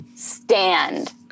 stand